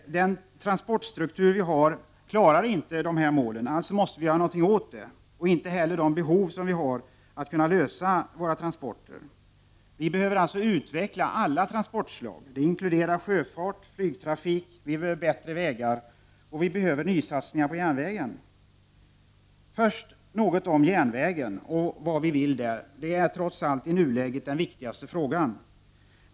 Den transportstruktur vi har klarar inte dessa miljömål. Alltså måste vi göra något åt den. Transportstrukturen kan inte heller klara våra behov och lösa våra transportproblem. Vi behöver alltså utveckla alla transportslag. Det inkluderar sjöfart, flygtrafik, bättre vägar och nysatsningar på järnvägen. Först något om järnvägen och hur vi vill förbättra den. Det är trots allt den viktigaste frågan i nuläget.